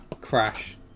crash